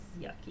yucky